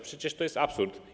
Przecież to jest absurd.